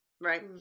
Right